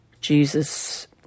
Jesus